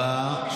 השראה,